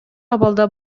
абалда